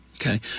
Okay